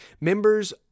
members